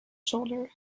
shoulder